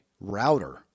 router